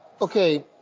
Okay